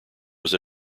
was